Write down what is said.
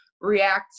react